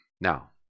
Now